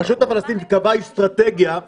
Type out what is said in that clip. הרשות הפלסטינית קבעה אסטרטגיה --- מה